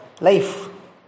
life